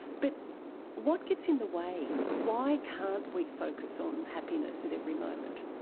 but what gets in the way? why can't we focus on happiness at every moment?